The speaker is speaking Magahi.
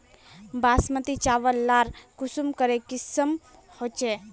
बासमती चावल लार कुंसम करे किसम होचए?